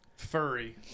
Furry